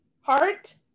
Heart